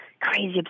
crazy